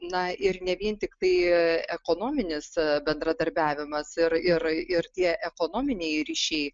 na ir ne vien tiktai ekonominis bendradarbiavimas ir ir ir tie ekonominiai ryšiai